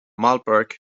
marlborough